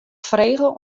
frege